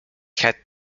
had